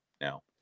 now